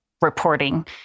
reporting